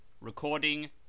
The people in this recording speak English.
Recording